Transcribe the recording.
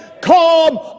come